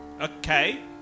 Okay